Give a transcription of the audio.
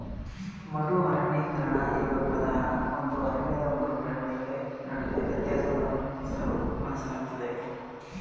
ಮರು ಅರಣ್ಯೀಕರಣ ಎಂಬ ಪದನ ಒಂದು ಅರಣ್ಯದ ಮರು ಬೆಳವಣಿಗೆ ನಡುವೆ ವ್ಯತ್ಯಾಸವನ್ನ ಗುರುತಿಸ್ಲು ಬಳಸಲಾಗ್ತದೆ